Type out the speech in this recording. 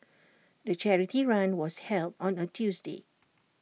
the charity run was held on A Tuesday